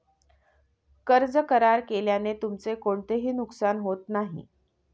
कर्ज करार केल्याने तुमचे कोणतेही नुकसान होत नाही